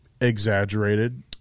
exaggerated